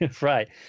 Right